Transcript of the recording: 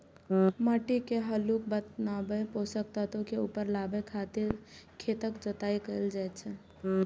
माटि के हल्लुक बनाबै, पोषक तत्व के ऊपर लाबै खातिर खेतक जोताइ कैल जाइ छै